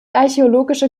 archäologische